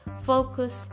focus